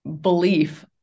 belief